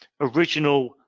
original